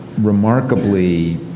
remarkably